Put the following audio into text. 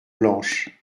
blanche